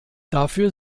dafür